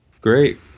Great